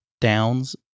downs